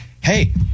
hey